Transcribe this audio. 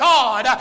God